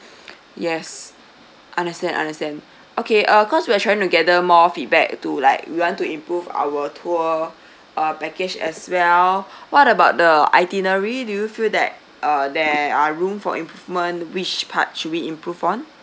yes understand understand okay uh cause we are trying to gather more feedback to like we want to improve our tour uh package as well what about the itinerary do you feel that uh there are room for improvement which part should we improve on